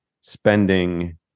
spending